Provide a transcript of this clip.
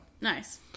Nice